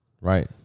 Right